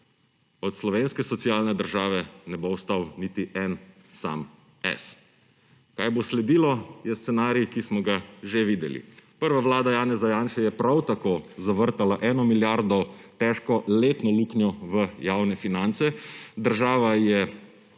od slovenske socialne države ne bo ostal niti en sam S. Kaj bo sledilo, je scenarij, ki smo ga že videli. Prva vlada Janeza Janše je prav tako zavrtala eno milijardo težko letno luknjo v javne finance. Država je opešala